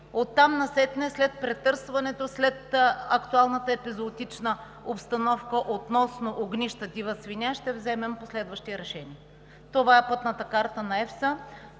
Оттам насетне след претърсването, след актуалната епизоотична обстановка относно огнища с дива свиня, ще вземем последващи решения. Това е по Пътна карта на EFSA.